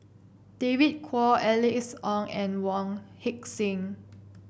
David Kwo Alice Ong and Wong Heck Sing